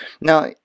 Now